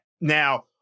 Now